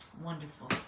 Wonderful